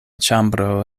ĉambro